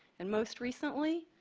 and most recently,